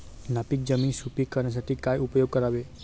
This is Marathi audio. नापीक जमीन सुपीक करण्यासाठी काय उपयोग करावे?